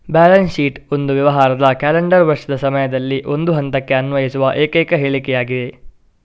balance sheet ಒಂದು ವ್ಯವಹಾರದ calendar ವರ್ಷದ ಸಮಯದಲ್ಲಿ ಒಂದು ಹಂತಕ್ಕೆ ಅನ್ವಯಿಸುವ ಏಕೈಕ ಹೇಳಿಕೆಯಾಗಿದೆ